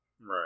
Right